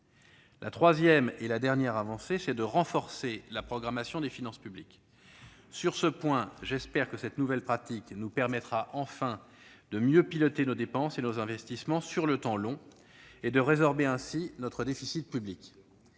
La troisième et dernière avancée, c'est un renforcement de la programmation des finances publiques. J'espère que cette nouvelle pratique nous permettra enfin de mieux piloter nos dépenses et nos investissements sur le temps long et de résorber ainsi notre déficit public.